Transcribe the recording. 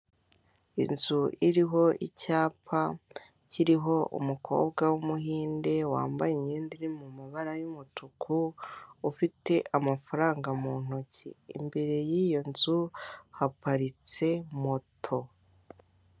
Inzu iriho icyapa kiriho umukobwa w'umuhinde wambaye imyenda iri mabara y'umutuku ufite amafaranga mu ntoki, imbere y'iyo nzu haparitse moto.